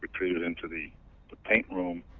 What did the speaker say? retreated into the the paint room,